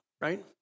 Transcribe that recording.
right